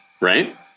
right